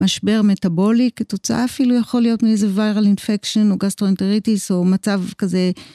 משבר מטאבולי כתוצאה אפילו, יכול להיות מאיזה ווירל אינפקשן או גסטרואינטריטיס או מצב כזה.